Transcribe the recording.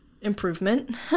improvement